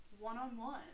one-on-one